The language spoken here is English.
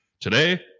Today